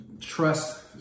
trust